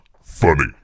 funny